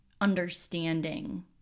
understanding